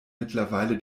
mittlerweile